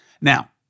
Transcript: Now